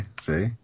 See